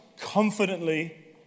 Confidently